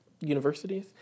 universities